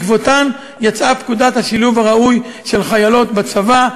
ובעקבותיהן יצאה פקודת השילוב הראוי של חיילות בצבא,